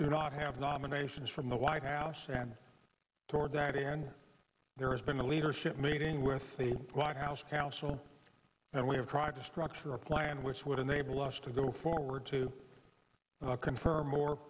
do not have nominations from the white house and toward that end there has been a leadership meeting with the white house counsel and we have tried to structure a plan which would enable us to go forward to confirm